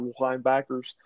linebackers